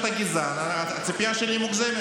אבל מכיוון שאתה גזען, הציפייה שלי מוגזמת.